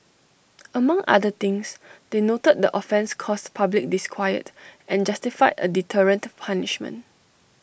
among other things they noted the offence caused public disquiet and justified A deterrent punishment